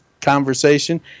conversation